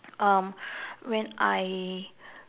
um when I